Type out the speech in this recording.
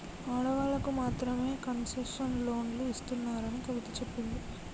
ఆడవాళ్ళకు మాత్రమే కన్సెషనల్ లోన్లు ఇస్తున్నారని కవిత చెప్పింది